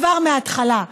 כבר מההתחלה.